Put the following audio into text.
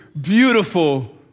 beautiful